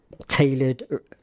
tailored